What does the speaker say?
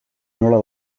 nola